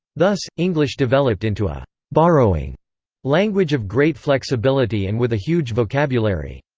thus, english developed into a borrowing language of great flexibility and with a huge vocabulary.